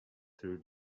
through